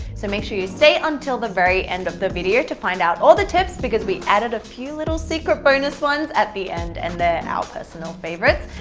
so make sure you stay until the very end of the video to find out all the tips because we added a few little secret bonus ones at the end, and they're our personal favorites,